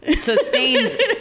sustained